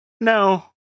No